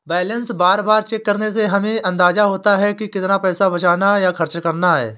balance बार बार check करने से हमे अंदाज़ा होता है की कितना पैसा बचाना या खर्चना है